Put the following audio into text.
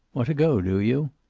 want to go, do you?